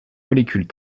molécules